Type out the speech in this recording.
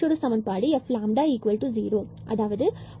மற்றொரு சமன்பாடு F0 என கிடைக்கிறது அதாவது xy0